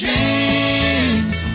James